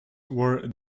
were